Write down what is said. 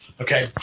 Okay